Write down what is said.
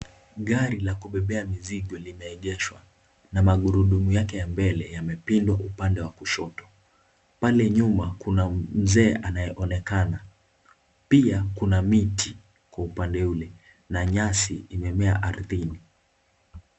Gari la kubebea mizigo limeegeshwa na magurudumu yake ya mbele yamepinda upande wa kushoto. Pale nyuma kuna mzee anayeonekana. Pia kuna kiti kwa upande ule na nyasi imemea ardhini.